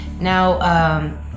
Now